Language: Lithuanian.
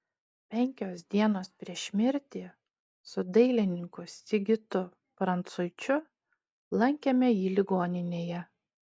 penkios dienos prieš mirtį su dailininku sigitu prancuičiu lankėme jį ligoninėje